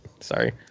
Sorry